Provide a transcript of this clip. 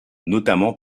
notamment